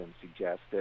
suggested